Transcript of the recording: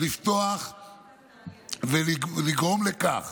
לפתוח ולגרום לכך